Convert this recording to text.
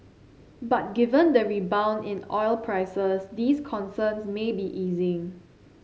but given the rebound in oil prices these concerns may be easing